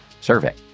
survey